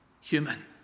human